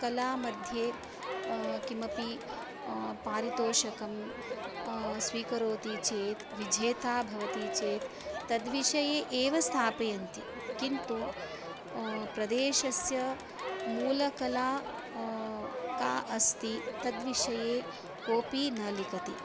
कलामध्ये किमपि पारितोषकं स्वीकरोति चेत् विजेता भवति चेत् तद्विषये एव स्थापयन्ति किन्तु प्रदेशस्य मूलकला का अस्ति तद्विषये कोऽपि न लिखति